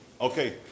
Okay